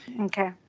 Okay